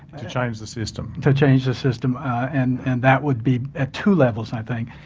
and to change the system? to change the system and and that would be at two levels i think.